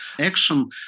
action